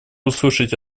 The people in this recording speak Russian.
услышать